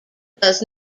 does